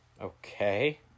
Okay